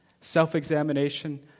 Self-examination